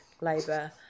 labour